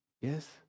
Yes